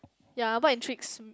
ya what intrigues m~